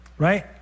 Right